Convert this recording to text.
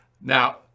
Now